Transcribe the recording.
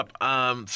up